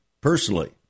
personally